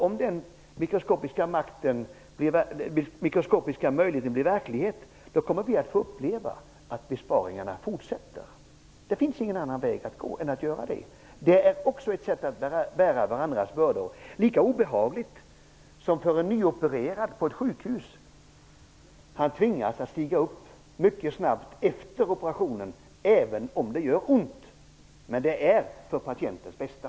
Om den mikroskopiska sannolikheten blir verklighet, kommer vi att få uppleva att besparingarna fortsätter. Det finns ingen annan väg att gå än den. Det är också ett sätt att bära varandras bördor. Det kan vara lika obehagligt som det är för en nyopererad på ett sjukhus att tvingas stiga upp mycket snabbt efter operationen, även om det gör ont. Men det är ändå för patientens bästa.